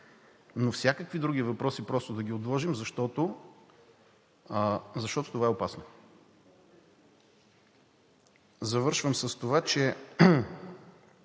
но всякакви други въпроси просто да ги отложим, защото това е опасно. Завършвам с това, че